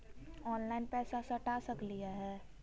Online पैसा सटा सकलिय है?